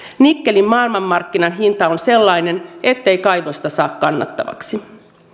nikkelin maailmanmarkkinahinta on sellainen ettei kaivosta saa kannattavaksi